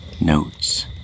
notes